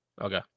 Okay